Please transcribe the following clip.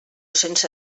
sense